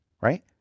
right